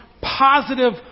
positive